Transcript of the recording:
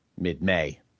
mid-May